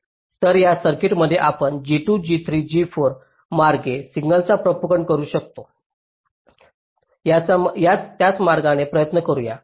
तर या सर्किटमध्ये आपण G2 G3 G4 मार्गे सिग्नलचा प्रोपागंट करू शकतो त्याच मार्गाने प्रयत्न करूया